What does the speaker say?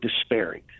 despairing